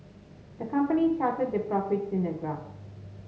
the company charted their profits in a graph